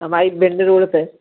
हमारी भिंड रोड पर